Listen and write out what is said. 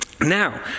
Now